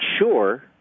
sure